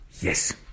yes